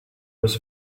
was